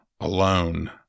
alone